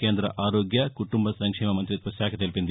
కేంద ఆరోగ్య కుటుంబ సంక్షేమ మంతిత్వ శాఖ తెలిపింది